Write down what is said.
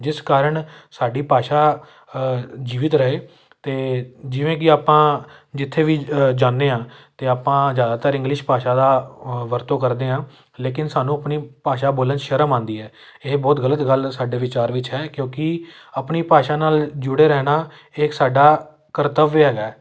ਜਿਸ ਕਾਰਨ ਸਾਡੀ ਭਾਸ਼ਾ ਜੀਵਿਤ ਰਹੇ ਅਤੇ ਜਿਵੇਂ ਕਿ ਆਪਾਂ ਜਿੱਥੇ ਵੀ ਜਾਂਦੇ ਹਾਂ ਅਤੇ ਆਪਾਂ ਜ਼ਿਆਦਾਤਰ ਇੰਗਲਿਸ਼ ਭਾਸ਼ਾ ਦਾ ਵਰਤੋਂ ਕਰਦੇ ਹਾਂ ਲੇਕਿਨ ਸਾਨੂੰ ਆਪਣੀ ਭਾਸ਼ਾ ਬੋਲਣ 'ਚ ਸ਼ਰਮ ਆਉਂਦੀ ਹੈ ਇਹ ਬਹੁਤ ਗਲਤ ਗੱਲ ਸਾਡੇ ਵਿਚਾਰ ਵਿੱਚ ਹੈ ਕਿਉਂਕਿ ਆਪਣੀ ਭਾਸ਼ਾ ਨਾਲ ਜੁੜੇ ਰਹਿਣਾ ਇਹ ਸਾਡਾ ਕਰਤਵਯ ਹੈਗਾ